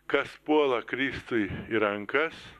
kas puola kristui į rankas